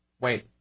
Wait